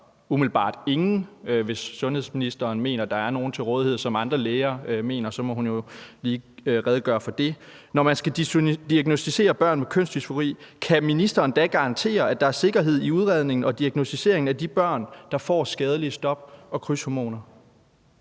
umiddelbart ingen, men hvis sundhedsministeren mener, der er nogen til rådighed, som andre læger mener, må hun jo lige redegøre for det – når man skal diagnosticere børn med kønsdysfori, kan ministeren da garantere, at der er sikkerhed i udredningen og diagnosticeringen af de børn, der får skadelige stop- og krydshormoner?